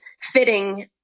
fitting